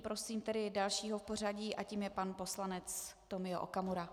Prosím tedy dalšího v pořadí a tím je pan poslanec Tomio Okamura.